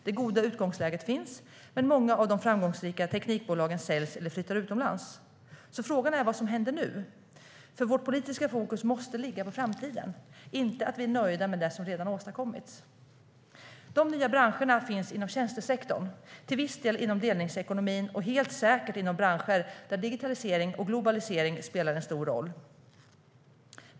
Det goda utgångsläget finns, men många av de framgångsrika teknikbolagen säljs eller flyttar utomlands. Frågan är alltså vad som händer nu. Vårt politiska fokus måste ligga på framtiden, inte på att vi är nöjda med det som redan har åstadkommits. De nya branscherna finns inom tjänstesektorn, till viss del inom delningsekonomin, och helt säkert inom branscher där digitalisering och globalisering spelar en stor roll.